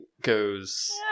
goes